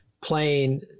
playing